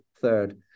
third